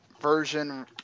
version